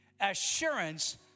Assurance